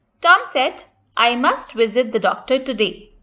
tom said i must visit the doctor today.